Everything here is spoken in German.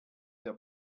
der